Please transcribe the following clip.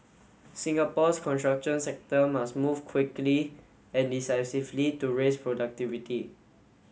Singapore's construction sector must move quickly and decisively to raise productivity